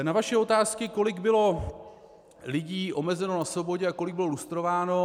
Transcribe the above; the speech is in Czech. Na vaše otázky, kolik bylo lidí omezeno na svobodě a kolik bylo lustrováno.